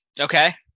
Okay